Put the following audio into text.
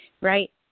Right